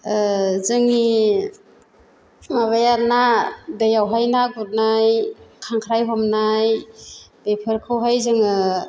जोंनि माबायाना दैयावहाय ना गुरनाय खांख्राय हमनाय बेफोरखौहाय जोङो